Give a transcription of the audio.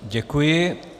Děkuji.